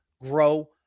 grow